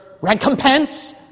recompense